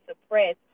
suppress